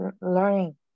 learning